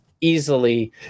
easily